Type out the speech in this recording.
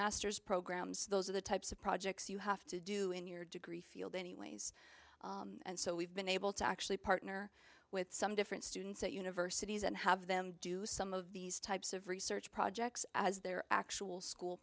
master's programs those are the types of projects you have to do in your degree field anyways and so we've been able to actually partner with some different students at universities and have them do some of these types of research projects as their actual school